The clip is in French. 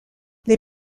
les